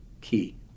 key